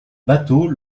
bateau